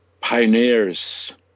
pioneers